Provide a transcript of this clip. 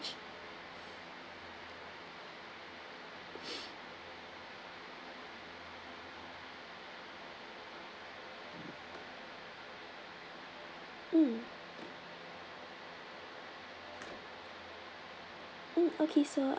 mm mm okay so